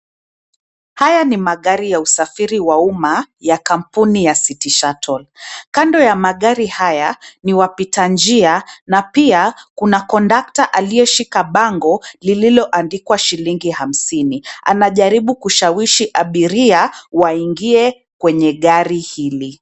Haya ni magari ya usafiri wa umma ya kampuni ya City Shuttle. kando ya magari haya ni wapita njia na pia kuna kondakta aliyeshika bango lililo andikwa shilingi hamsini anajaribu kushawishi abiria waingie kwenye gari hili.